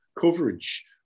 coverage